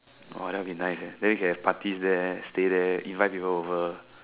!wah! that'll be nice eh then we can have parties there stay there invite people over